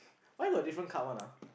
why got different card [one] ah